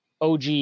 OG